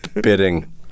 bidding